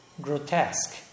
grotesque